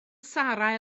sarra